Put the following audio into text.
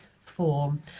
form